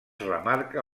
remarca